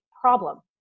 problem